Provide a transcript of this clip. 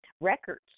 records